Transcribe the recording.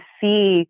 see